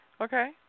Okay